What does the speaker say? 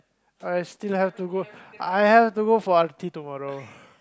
I still have to go I have to go for R_T tomorrow